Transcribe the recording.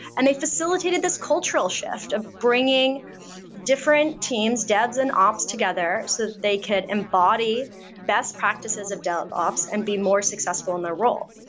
and they facilitated this cultural shift of bringing different teams, devs and ops together so that they could embody best practices of dev ops and be more successful in their role.